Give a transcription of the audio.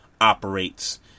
operates